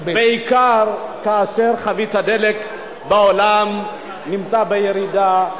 בעיקר כאשר מחיר חבית דלק בעולם נמצא בירידה,